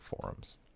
forums